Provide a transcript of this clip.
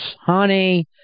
Honey